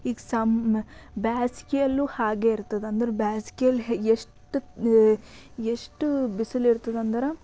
ಈಗ ಸಮ್ ಬೇಸ್ಗೆಯಲ್ಲೂ ಹಾಗೇ ಇರ್ತದೆ ಅಂದ್ರೆ ಬೇಸ್ಗೆಯಲ್ಲಿ ಎಷ್ಟು ಎಷ್ಟು ಬಿಸಿಲ್ ಇರ್ತದೆಂದ್ರೆ